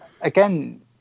again